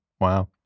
Wow